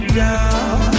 down